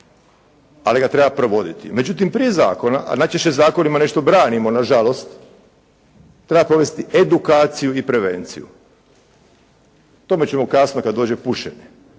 ali ga treba provoditi. Međutim prije zakona, a najčešće zakonima nešto branimo nažalost treba provesti edukaciju i prevenciju. O tome ćemo kasno kad dođe pušenje.